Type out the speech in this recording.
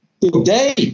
today